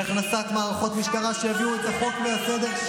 בהכנסת מערכות משטרה שיביאו את הכוח והסדר,